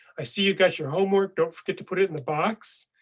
i see you got your homework. don't forget to put it in the box.